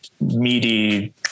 meaty